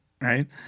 right